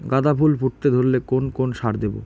গাদা ফুল ফুটতে ধরলে কোন কোন সার দেব?